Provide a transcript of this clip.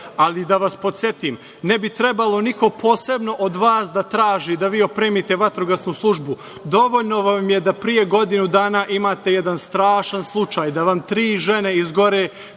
Ali, da vas podsetim, ne bi trebalo niko posebno od vas da traži da vi opremite vatrogasnu službu. Dovoljno vam je da prije godinu dana imate jedan strašan slučaj, da vam tri žene izgore